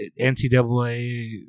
NCAA